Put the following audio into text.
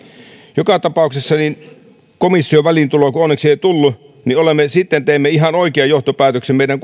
joka tapauksessa komission väliintuloa onneksi ei tullut ja sitten teimme ihan oikean johtopäätöksen meidän